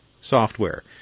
software